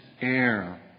air